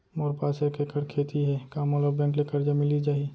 मोर पास एक एक्कड़ खेती हे का मोला बैंक ले करजा मिलिस जाही?